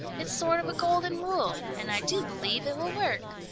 it's sort of a golden rule, and i do believe it will work.